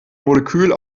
molekül